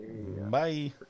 Bye